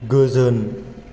गोजोन